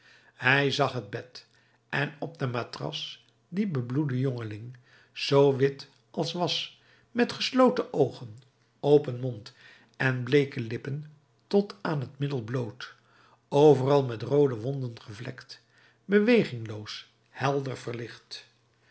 hij zag het bed en op de matras dien bebloeden jongeling zoo wit als was met gesloten oogen open mond en bleeke lippen tot aan het middel bloot overal met roode wonden gevlekt bewegingloos helder verlicht